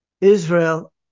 Israel